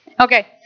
Okay